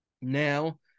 Now